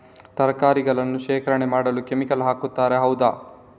ತರಕಾರಿಗಳನ್ನು ಶೇಖರಣೆ ಮಾಡಲು ಕೆಮಿಕಲ್ ಹಾಕುತಾರೆ ಹೌದ?